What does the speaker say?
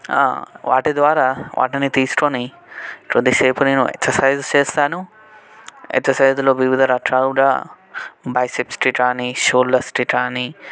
వాటి ద్వారా వాటిని తీసుకుని కొద్దిసేపు నేను ఎక్ససైజెస్ చేస్తాను ఎక్ససైజ్లో వివిధ రకాలుగా బైసిప్స్కి కానీ షోల్డర్స్కి కానీ